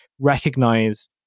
recognize